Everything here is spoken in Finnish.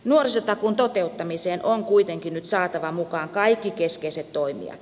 nuorisotakuun toteuttamiseen on kuitenkin nyt saatava mukaan kaikki keskeiset toimijat